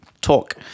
talk